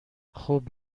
خوب